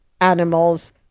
animals